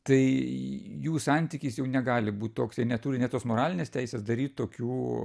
tai jų santykis jau negali būt toks neturi net tos moralinės teisės daryt tokių